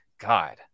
God